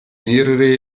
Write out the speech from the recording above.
mehrere